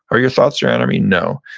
are your thoughts your enemy? no.